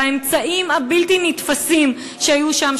באמצעים הבלתי-נתפסים שהיו שם,